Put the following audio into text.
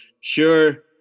sure